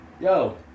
yo